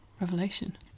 Revelation